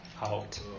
out